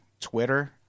Twitter